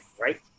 right